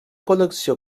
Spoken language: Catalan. col·lecció